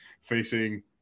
facing